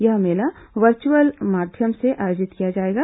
यह मेला वर्चुअल माध्यम से आयोजित किया जाएगा